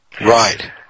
Right